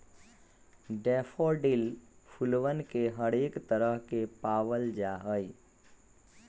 daffodil फूलवन के हरेक तरह के पावल जाहई